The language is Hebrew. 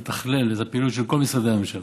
לתכלל את הפעילות של כל משרדי הממשלה,